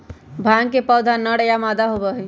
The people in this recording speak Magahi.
भांग के पौधा या नर या मादा होबा हई